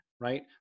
right